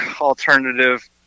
alternative